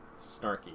snarky